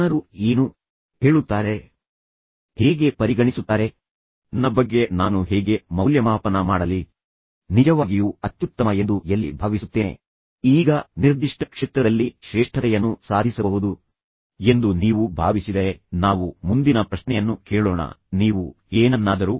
ಅವರು ಶಾಂತಿಗಾಗಿ ಹೋರಾಡಿದರು ಆದರೆ ಅವರು ಮೂರು ಬಾರಿ ವಿವಾಹವಾದರು ಮತ್ತು ನಂತರ ಅವರು ಮೂರು ಬಾರಿ ವಿಚ್ಛೇದನ ಪಡೆದರು ಮತ್ತು ನಾಲ್ಕನೇ ಬಾರಿಗೆ ಅವರು ಮದುವೆಯಾದಾಗ ಅವರು ಈ ಪ್ರಸಿದ್ಧ ಪುಸ್ತಕವಾದ ಮ್ಯಾರೇಜ್ ಅಂಡ್ ಮೋರಲ್ಸ್ ಅನ್ನು ಸಹ ಬರೆದರು ಮತ್ತು ಪ್ರಾಸಂಗಿಕವಾಗಿ ಅವರು ಸಾಹಿತ್ಯಕ್ಕಾಗಿ ನೊಬೆಲ್ ಪ್ರಶಸ್ತಿಯನ್ನು ಗೆದ್ದರು